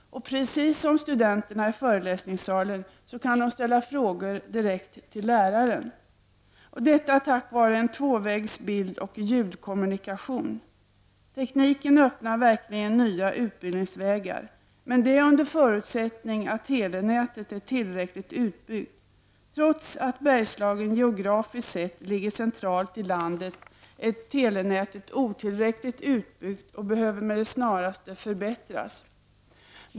Precis som studenterna i föreläsningssalen kan de ställa frågor direkt till läraren. Detta kan ske tack vare en tvåvägs bild och ljudkommunikation. Tekniken öppnar verkligen nya utbildningsvägar, men detta under förutsättning att telenätet är tillräckligt utbyggt. Trots att Bergslagen geografiskt sett ligger centralt i landet är telenätet otillräckligt utbyggt och behöver med det snaraste förbättras.